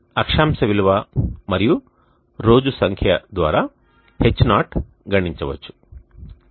అక్షాంశ విలువ మరియు రోజు సంఖ్య ద్వారా Ho గణించవచ్చుo